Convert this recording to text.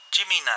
Jimmy